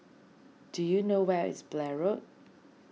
do you know where is Blair Road